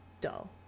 dull